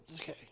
okay